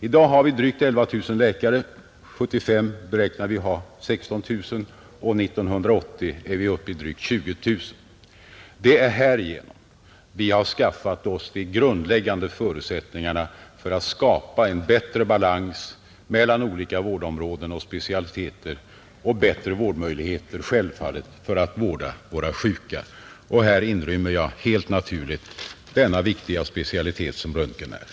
I dag har vi drygt 11 000 läkare, År 1975 beräknas vi ha 16 000 läkare och år 1980 är vi uppe i drygt 20 000. Det är härigenom vi skaffar oss de grundläggande förutsättningarna för att skapa en bättre balans mellan olika vårdområden och specialiteter och självfallet även bättre möjligheter att vårda de sjuka, Och detta gäller helt naturligt även den viktiga specialitet som röntgen utgör.